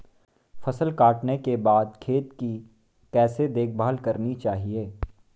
फसल काटने के बाद खेत की कैसे देखभाल करनी चाहिए?